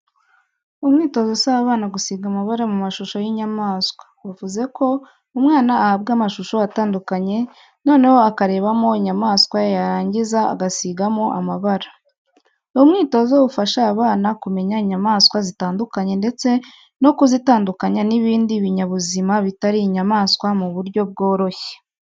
Umwitozo usaba abana gusiga amabara mu mashusho y'inyamaswa; bavuze ko umwana ahabwa amashusho atandukanye noneho akarebamo inyamaswa yarangiza agasigamo amabara. Uyu mwitozo ufasha abana kumenya inyamaswa zitandukanye ndetse no kuzitandukanya n'ibindi binyabuzima bitari inyamaswa mu buryo bworoshye.